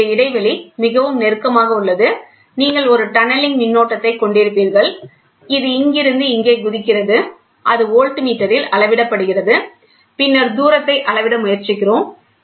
இங்கே இந்த இடைவெளி மிகவும் நெருக்கமாக உள்ளது நீங்கள் ஒரு டன்னலிங் மின்னோட்டத்தைக் கொண்டிருப்பீர்கள் இது இங்கிருந்து இங்கே குதிக்கிறது அது வோல்ட்மீட்டரில் அளவிடப்படுகிறது பின்னர் தூரத்தை அளவிட முயற்சிக்கிறோம்